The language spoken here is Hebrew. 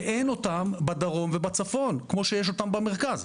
אין אותם בדרום ובצפון כמו שיש עוד פעם במרכז.